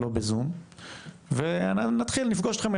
לא בזום, נפגוש אתכם.